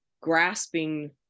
grasping